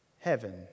heaven